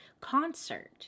concert